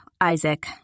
Isaac